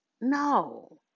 No